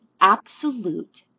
absolute